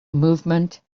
movement